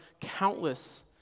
countless